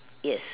yes